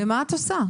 ומה את עושה?